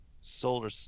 solar